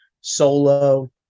solo